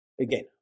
again